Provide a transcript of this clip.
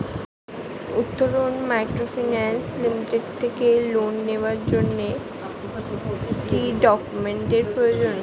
Uttaran microfinance limited থেকে loan নেওয়ার জন্য কি কি ডকুমেন্টস এর প্রয়োজন?